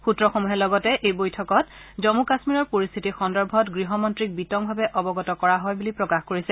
সূত্ৰসমূহে লগতে এই বৈঠকত জম্মু কাশ্মীৰৰ পৰিস্থিতি সন্দৰ্ভত গৃহমন্ত্ৰীক বিতংভাৱে অৱগত কৰা হয় বুলি প্ৰকাশ কৰিছে